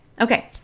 Okay